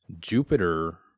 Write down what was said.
Jupiter